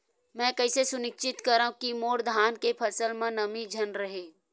मैं कइसे सुनिश्चित करव कि मोर धान के फसल म नमी झन रहे?